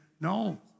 No